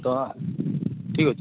ତ ଠିକ୍ ଅଛେ